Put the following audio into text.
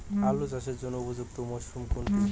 আলু চাষের জন্য উপযুক্ত মরশুম কোনটি?